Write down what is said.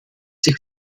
sich